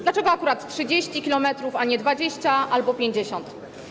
Dlaczego akurat 30 km, a nie 20 albo 50?